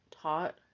taught